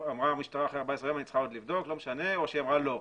אמרה המשטרה אחרי 14 ימים שהיא צריכה עוד לבדוק או שהיא אמרה לא.